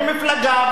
זה מפלגה,